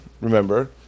remember